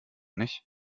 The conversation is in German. nicht